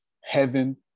heaven